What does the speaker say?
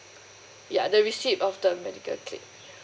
ya the receipt of the medical claim